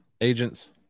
agents